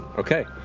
okay.